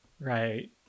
Right